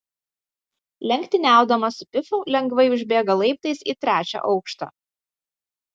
lenktyniaudamas su pifu lengvai užbėga laiptais į trečią aukštą